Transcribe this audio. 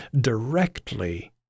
directly